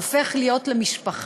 הופך להיות משפחה,